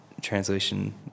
translation